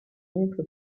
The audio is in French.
oncle